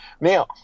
Now